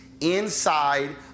inside